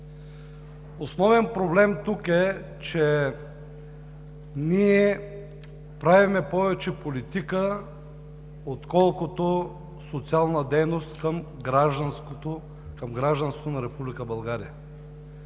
Основен проблем тук е, че ние правим повече политика, отколкото социална дейност към гражданството на